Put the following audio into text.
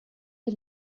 die